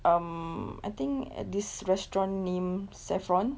um I think at this restaurant named saffron